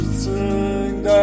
sing